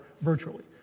virtually